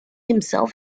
himself